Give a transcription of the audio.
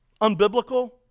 unbiblical